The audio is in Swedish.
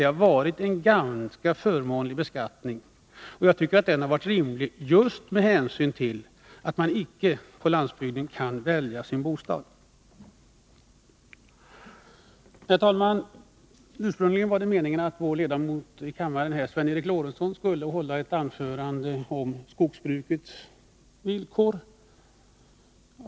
Det har varit en ganska förmånlig beskattning, och jagtycker att den har varit rimlig just med hänsyn till att man på landsbygden icke kan välja sin bostad. Herr talman! Ursprungligen var det meningen att vår ledamot av kammaren Sven Eric Lorentzon skulle hålla ett anförande om skogsbrukets villkor.